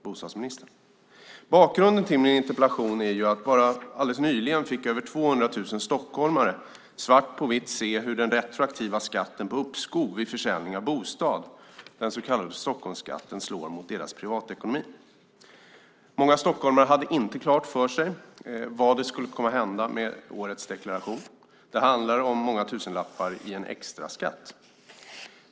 Bakgrunden till min interpellation är att alldeles nyligen fick över 200 000 stockholmare svart på vitt se hur den retroaktiva skatten på uppskov vid försäljning av bostad, den så kallade Stockholmsskatten, slår mot deras privatekonomi. Många stockholmare hade inte klart för sig vad som skulle komma att hända i årets deklaration. Det handlar om många tusenlappar i en extra skatt.